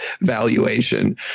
valuation